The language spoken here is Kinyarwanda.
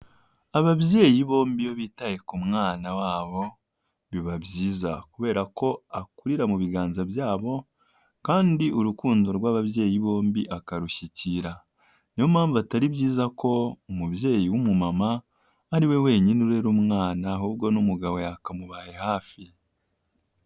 Ababyeyi bombi iyo bitaye ku mwana wabo biba byiza kubera ko akurira mu biganza byabo kandi urukundo rw'ababyeyi bombi akarushyikira, niyo mpamvu atari byiza ko umubyeyi w'umumama ariwe wenyine urera umwana ahubwo n'umugabo yakamubaye hafi.